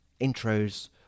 intros